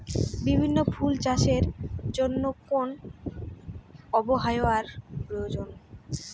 বিভিন্ন ফুল চাষের জন্য কোন আবহাওয়ার প্রয়োজন?